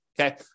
Okay